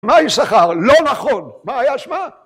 מה אם שכר? לא נכון. מה היה שמה?